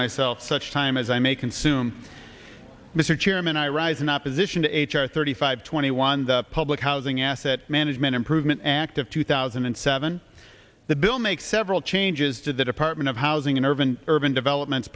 myself such time as i may consume mr chairman i rise in opposition to h r thirty five twenty one the public housing asset management improvement act of two thousand and seven the bill makes several changes to the department of housing and urban urban development